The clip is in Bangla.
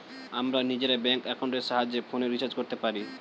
আমরা নিজেরা ব্যাঙ্ক অ্যাকাউন্টের সাহায্যে ফোনের রিচার্জ করতে পারি